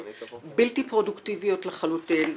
בלתי פרודוקטיביות לחלוטין,